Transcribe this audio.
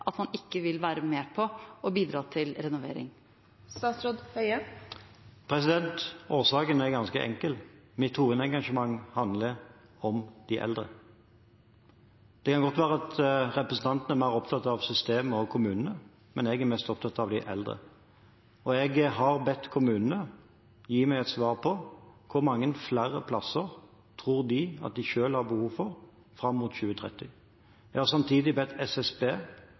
at man ikke vil være med på å bidra til renovering? Årsaken er ganske enkel: Mitt hovedengasjement handler om de eldre. Det kan godt være at representanten er mer opptatt av systemet og kommunene, men jeg er mest opptatt av de eldre. Jeg har bedt kommunene gi meg et svar på hvor mange flere plasser de tror de selv har behov for fram mot 2030. Jeg har samtidig bedt SSB